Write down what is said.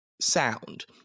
sound